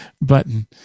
button